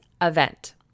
event